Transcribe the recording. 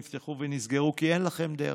נפתחו ונסגרו, כי אין לכם דרך.